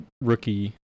rookie